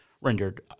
rendered